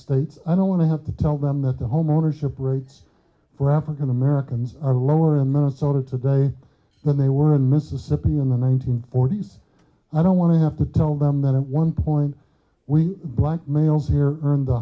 states i don't want to have to tell them that the homeownership rates for african americans are lower in minnesota today than they were in mississippi in the one nine hundred forty s i don't want to have to tell them that one point when black males here earn the